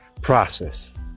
process